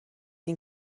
این